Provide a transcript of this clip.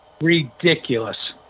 Ridiculous